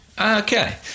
Okay